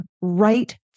right